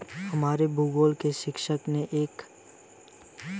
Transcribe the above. हमारे भूगोल के शिक्षक ने हमें एक कॉफी इतिहास के बारे में बताया